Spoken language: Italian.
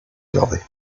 giove